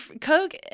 Coke